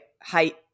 height